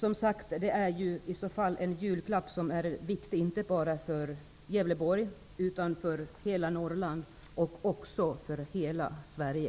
Som sagt är det i så fall en viktig julklapp inte bara för Gävleborg utan också för hela Norrland och för hela Sverige.